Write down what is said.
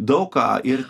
daug ką ir